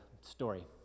story